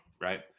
right